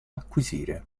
acquisire